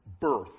birth